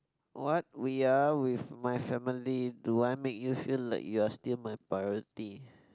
what we're with my family do I make you feel like you're still my party